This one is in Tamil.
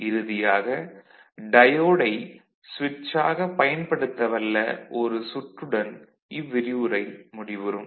இறுதியாக டயோடை சுவிட்சாக பயன்படுத்தவல்ல ஒரு சுற்றுடன் இவ்விரிவுரை முடிவுறும்